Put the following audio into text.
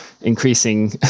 increasing